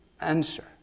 answer